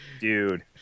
dude